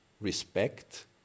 respect